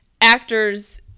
actors